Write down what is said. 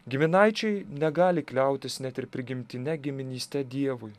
giminaičiai negali kliautis net ir prigimtine giminyste dievui